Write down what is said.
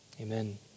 amen